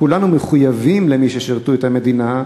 כולנו מחויבים למי ששירתו את המדינה,